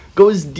goes